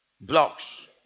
Blocks